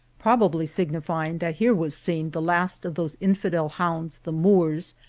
probably sig nifying that here was seen the last of those infidel hounds, the moors,